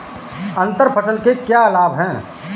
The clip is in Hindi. अंतर फसल के क्या लाभ हैं?